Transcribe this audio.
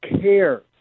care